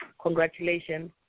Congratulations